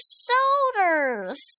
shoulders